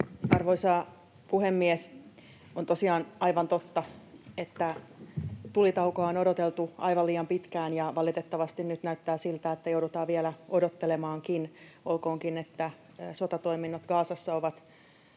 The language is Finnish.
Arvoisa puhemies! On tosiaan aivan totta, että tulitaukoa on odoteltu aivan liian pitkään, ja valitettavasti nyt näyttää siltä, että joudutaan vielä odottelemaankin, olkoonkin, että sotatoiminnot Gazassa ovat